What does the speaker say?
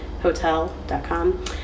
Hotel.com